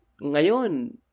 ngayon